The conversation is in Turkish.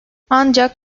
ancak